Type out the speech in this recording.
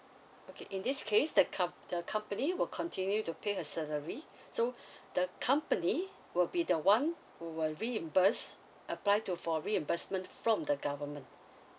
okay in this case the com~ the company will continue to pay her salary so the company will be the one who will reimburse apply to for reimbursement from the government